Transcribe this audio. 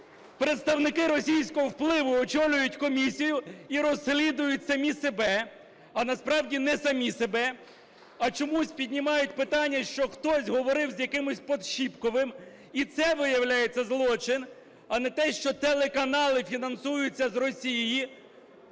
Представники російського впливу очолюють комісію і розслідують самі себе, а насправді не самі себе, а чомусь піднімають питання, що хтось говорив з якимсь Подщіпковим, і це, виявляється, злочин, а не те, що телеканали фінансуються з Росії,